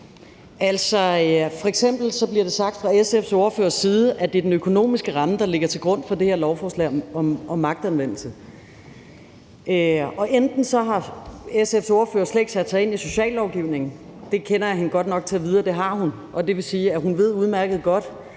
bliver det sagt fra SF's ordførers side, at det er den økonomiske ramme, der ligger til grund for det her lovforslag om magtanvendelse. Det lyder, som om SF's ordfører slet ikke har sat sig ind i sociallovgivningen, men jeg kender hende godt nok til at vide, at det har hun. Og det vil sige, at hun ved udmærket godt,